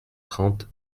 trente